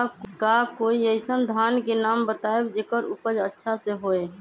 का कोई अइसन धान के नाम बताएब जेकर उपज अच्छा से होय?